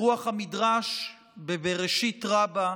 ברוח המדרש בבראשית רבא,